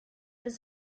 was